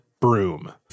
broom